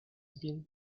been